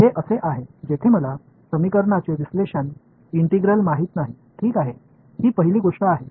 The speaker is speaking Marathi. हे असे आहे जेथे मला समीकरणाचे विश्लेषक इंटिग्रल माहित नाही ठीक आहे ही पहिली गोष्ट आहे